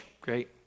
Great